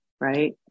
right